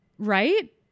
right